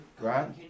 Right